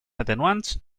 atenuants